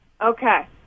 Okay